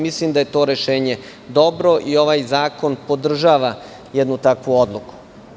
Mislim da je to rešenje dobro i ovaj zakon podržava jednu takvu odluku.